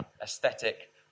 aesthetic